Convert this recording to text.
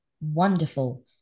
wonderful